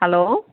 hello